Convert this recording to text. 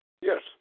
Yes